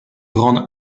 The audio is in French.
grande